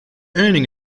earning